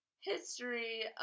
history